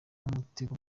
mutego